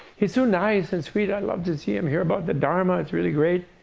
he's so nice and sweet. i love to see him. hear about the dharma. it's really great.